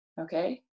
okay